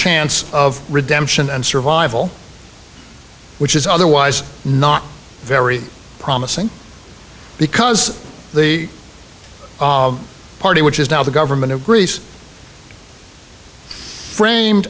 chance of redemption and survival which is otherwise not very promising because the party which is now the government of greece framed